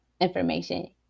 information